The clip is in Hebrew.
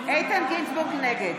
גינזבורג, נגד